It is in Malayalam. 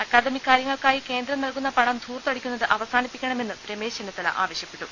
അക്കാദമിക് കാര്യങ്ങൾക്കായി കേന്ദ്രം നൽകുന്ന പണം ധൂർത്തടിക്കുന്നത് അവസാനിപ്പിക്കണമെന്ന് രമേശ് ചെന്നിത്തല ആവശ്യപ്പെട്ടു